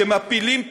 כשמפילים פסל,